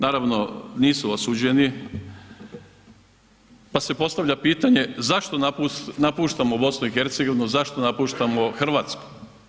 Naravno, nisu osuđeni, pa se postavlja pitanje zašto napuštamo BiH, zašto napuštamo Hrvatsku?